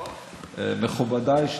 מכובדיי,